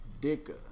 dicker